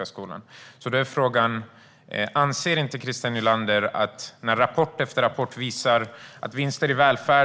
Då är frågan: Anser inte Christer Nylander att det är Alliansens - Liberalernas och de andra borgerliga partiernas - ansvar när rapport efter rapport visar på vinster i välfärden?